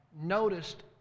noticed